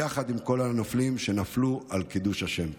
יחד עם כל הנופלים שנפלו על קידוש השם.